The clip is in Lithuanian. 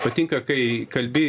patinka kai kalbi